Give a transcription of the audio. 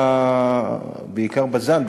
בעיקר בז"ן,